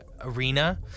arena